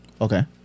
Okay